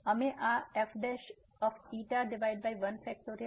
તેથી અમે આ f1